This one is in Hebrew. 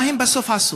מה הם עשו בסוף?